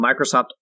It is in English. Microsoft